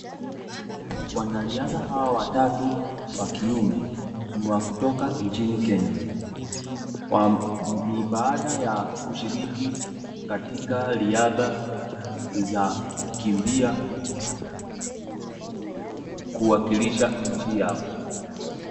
Waanariadha hawa watatu wa kiume ni wa kutoka nchini Kenya. Ni baada ya kushiriki katika riadha za kukimbia kuwakilisha nchi yao.